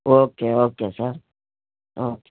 okay okay sir okay